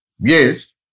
Yes